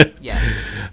Yes